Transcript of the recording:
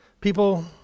People